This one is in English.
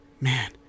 Man